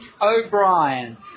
O'Brien